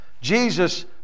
Jesus